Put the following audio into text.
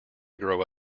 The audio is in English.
grow